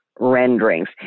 Renderings